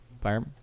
Fire